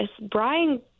Brian